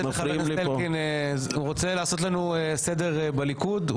חבר הכנסת אלקין רוצה לעשות לנו סדר בליכוד.